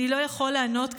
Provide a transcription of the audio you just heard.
אני לא יכול לענות כרגע,